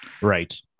Right